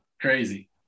Crazy